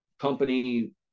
company